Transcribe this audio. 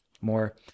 more